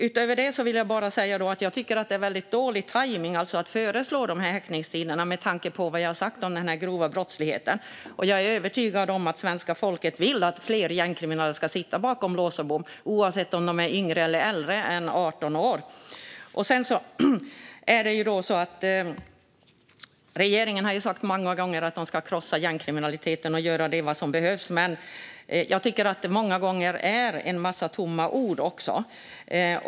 Utöver det vill jag säga att jag tycker att det är mycket dålig tajmning att föreslå dessa häktningstider med tanke på vad jag har sagt om den grova brottsligheten. Jag är övertygad om att svenska folket vill att fler gängkriminella ska sitta bakom lås och bom, oavsett om de är yngre eller äldre än 18 år. Regeringen har många gånger sagt att man ska krossa gängkriminaliteten och göra vad som behövs. Men jag tycker att det många gånger är en massa tomma ord.